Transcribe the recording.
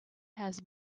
has